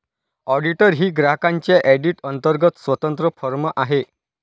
auditor ही ग्राहकांच्या audit अंतर्गत स्वतंत्र फर्म आहे